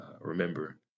remember